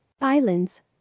Islands